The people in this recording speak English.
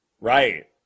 Right